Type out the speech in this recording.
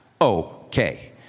okay